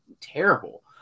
terrible